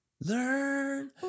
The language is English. learn